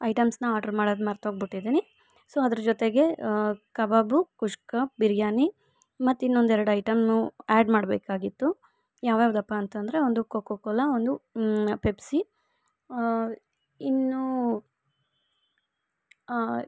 ಐಟಮ್ಸ್ನ order ಮಾಡೋದು ಮರ್ತೋಗ್ಬಿಟ್ಟಿದ್ದೀನಿ so ಅದ್ರ ಜೊತೆಗೆ ಕಬಾಬು ಕುಷ್ಕ ಬಿರ್ಯಾನಿ ಮತ್ತು ಇನ್ನೊಂದು ಎರ್ಡು ಐಟಮು ಆ್ಯಡ್ ಮಾಡಬೇಕಾಗಿತ್ತು ಯಾವ್ಯಾವ್ದಪ್ಪ ಅಂತಂದರೆ ಒಂದು ಕೊಕೊ ಕೋಲಾ ಒಂದು ಪೆಪ್ಸಿ ಇನ್ನೂ